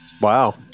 Wow